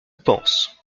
pense